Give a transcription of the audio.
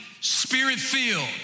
spirit-filled